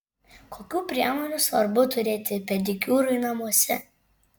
kokių priemonių svarbu turėti pedikiūrui namuose